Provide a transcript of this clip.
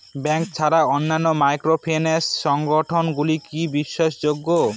Bank ছাড়া অন্যান্য microfinance সংগঠন গুলি কি বিশ্বাসযোগ্য?